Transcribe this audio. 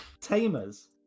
Tamers